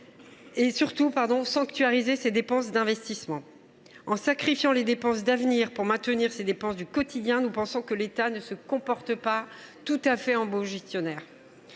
et, surtout, sanctuariser ses dépenses d’investissement. En sacrifiant les dépenses d’avenir pour maintenir ses dépenses du quotidien, l’État ne se comporte pas tout à fait en bon gestionnaire.